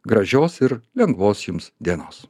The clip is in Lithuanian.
gražios ir lengvos jums dienos